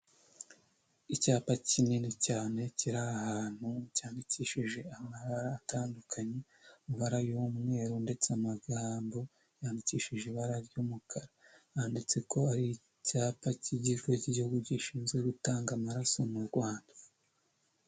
Icyapa kinini cyane kiri ahantu cyandikishije amabara atandukanye , amabara y'umweru ndetse amagambo yandikishije ibara ry'umukara , handitse ko ari icyapa cy'igihugu gishinzwe gutanga amaraso mu rwanda.